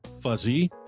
fuzzy